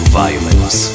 violence